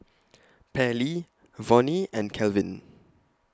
Pairlee Vonnie and Kelvin